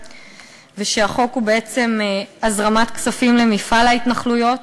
ושהחוק הוא בעצם הזרמת כספים למפעל ההתנחלויות,